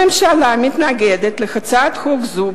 הממשלה מתנגדת להצעת חוק זו,